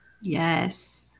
Yes